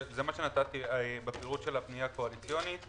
זה מה שאמרתי, הפירוט של הפנייה הקואליציונית.